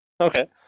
Okay